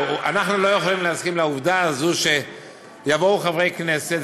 אנחנו לא יכולים להסכים לעובדה שיבואו חברי כנסת,